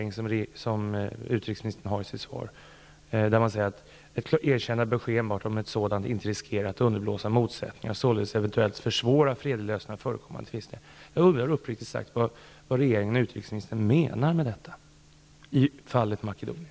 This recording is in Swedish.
Utrikesministern skriver i sitt svar: Ett erkännande bör ske enbart om ett sådant inte riskerar att underblåsa motsättningar och således eventuellt försvåra en fredlig lösning av förekommande tvister. Jag undrar uppriktigt sagt vad regeringen och utrikesministern menar med detta i fallet Makedonien.